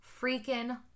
freaking